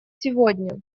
сегодня